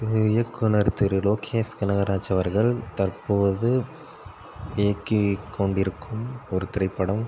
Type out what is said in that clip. திரு இயக்குனர் திரு லோகேஷ் கனகராஜ் அவர்கள் தற்போது இயக்கி கொண்டிருக்கும் ஒரு திரைப்படம்